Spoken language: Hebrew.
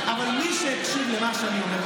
אבל מי שהקשיב למה שאני אומר,